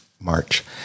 March